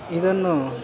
ಇದನ್ನು